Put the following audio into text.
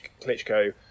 Klitschko